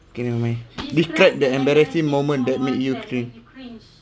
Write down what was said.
okay never mind describe the embarrassing moment that made you cringe